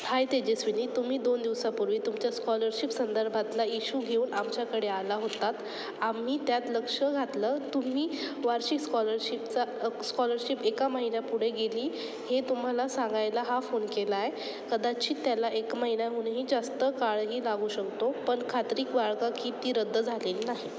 हाय तेजस्विनी तुम्ही दोन दिवसापूर्वी तुमच्या स्कॉलरशिप संदर्भातला इशू घेऊन आमच्याकडे आला होतात आम्ही त्यात लक्ष घातलं तुम्ही वार्षिक स्कॉलरशिपचा अ स्कॉलरशिप एका महिना पुढे गेली हे तुम्हाला सांगायला हा फोन केला आहे कदाचित त्याला एक महिन्याहूनही जास्त काळही लागू शकतो पण खात्री बाळगा की ती रद्द झालेली नाही